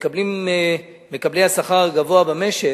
שמקבלים מקבלי השכר הגבוה במשק,